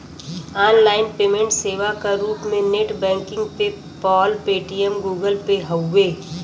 online payment सेवा क रूप में net banking PayPal, Paytm, Google Pay हउवे